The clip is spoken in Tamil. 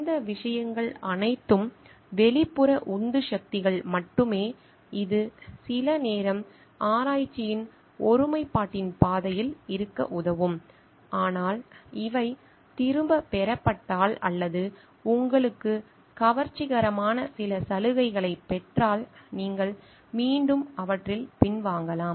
இந்த விஷயங்கள் அனைத்தும் வெளிப்புற உந்துசக்திகள் மட்டுமே இது சில நேரம் ஆராய்ச்சியின் ஒருமைப்பாட்டின் பாதையில் இருக்க உதவும் ஆனால் இவை திரும்பப் பெறப்பட்டால் அல்லது உங்களுக்கு கவர்ச்சிகரமான சில சலுகைகளைப் பெற்றால் நீங்கள் மீண்டும் அவற்றில் பின்வாங்கலாம்